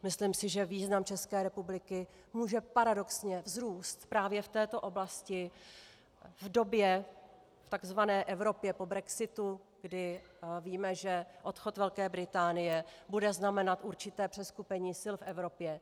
Myslím si, že význam České republiky může paradoxně vzrůst právě v této oblasti v době, takzvané Evropě po brexitu, kdy víme, že odchod Velké Británie bude znamenat určité přeskupení sil v Evropě.